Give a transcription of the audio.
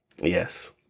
Yes